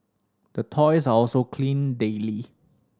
the toys are also cleaned daily